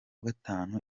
gatanu